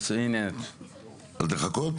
לחכות?